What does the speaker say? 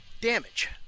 damage